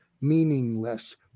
meaningless